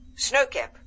Snowcap